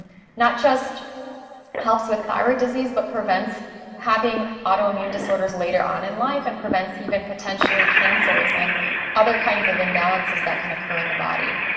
not just helps with thyroid disease, but prevents having autoimmune disorders later on in life, and prevents even potentially cancers and other kinds of imbalances that can occur in the body.